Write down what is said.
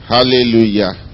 Hallelujah